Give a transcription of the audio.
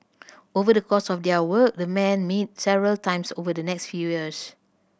over the course of their work the men met several times over the next few years